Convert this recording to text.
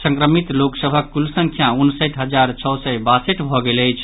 संक्रमित लोक सभक कुल संख्या उनसठि हजार छओ सय बासठि भऽ गेल अछि